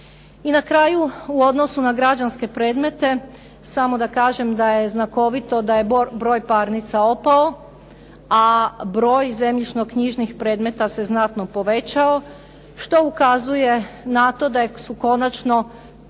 I na kraju u odnosu na građanske predmete, samo da kažem da je znakovito da je broj parnica opao, a broj zemljišnoknjižnih predmeta se znatno povećao, što ukazuje na to da su konačno